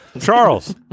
Charles